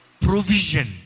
Provision